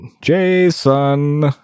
Jason